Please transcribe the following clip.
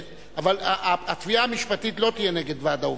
אבל התביעה המשפטית לא תהיה נגד ועד העובדים.